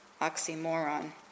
oxymoron